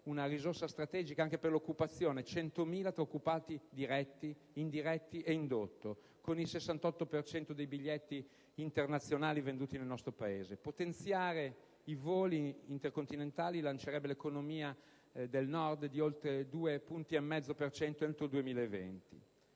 una risorsa strategica anche per l'occupazione: 100.000 tra occupati diretti, indiretti e indotto, con il 68 per cento dei biglietti internazionali venduti nel nostro Paese. Potenziare i voli intercontinentali lancerebbe l'economia del Nord di oltre 2,5 punti per